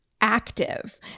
Active